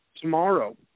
Tomorrow